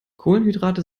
kohlenhydrate